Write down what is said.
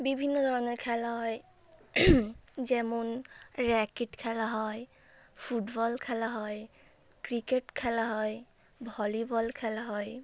বিভিন্ন ধরনের খেলা হয় যেমন র্যাকেট খেলা হয় ফুটবল খেলা হয় ক্রিকেট খেলা হয় ভলিবল খেলা হয়